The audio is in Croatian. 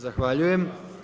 Zahvaljujem.